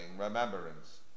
remembrance